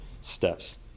steps